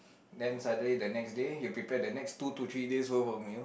then suddenly the next day you prepare the next two to three days worth of meal